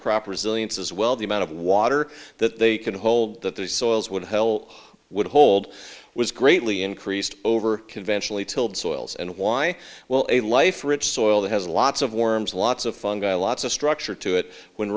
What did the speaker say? crop resilience as well the amount of water that they can hold that the soils would hell would hold was greatly increased over conventionally tilled soils and y well a life rich soil that has lots of worms lots of fungal lots of structure to it when